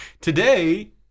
Today